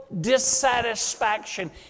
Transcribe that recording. dissatisfaction